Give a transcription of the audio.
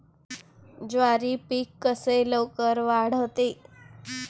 ज्वारी पीक कसे लवकर वाढते?